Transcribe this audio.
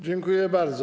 Dziękuję bardzo.